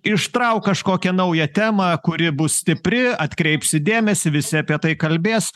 ištrauk kažkokią naują temą kuri bus stipri atkreipsi dėmesį visi apie tai kalbės